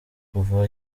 kuva